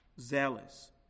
zealous